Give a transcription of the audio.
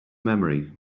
memory